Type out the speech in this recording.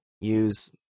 use